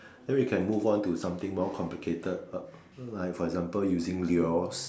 then we can move on to something more complicated uh like for example using lures